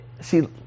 See